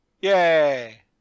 Yay